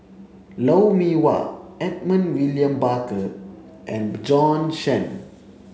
Lou Mee Wah Edmund William Barker and Bjorn Shen